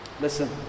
Listen